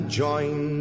join